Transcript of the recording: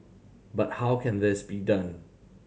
but how can this be done